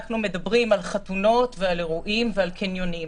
אנחנו מדברים על חתונות ועל אירועים ועל קניונים,